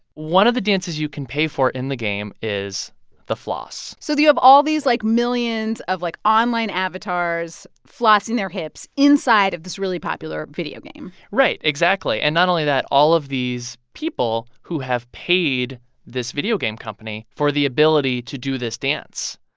one of the dances you can pay for in the game is the floss so you have all these, like, millions of, like, online avatars flossing their hips inside of this really popular video game right, exactly. and not only that all of these people who have paid this video game company company for the ability to do this dance,